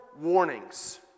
warnings